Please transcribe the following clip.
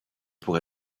pour